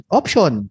option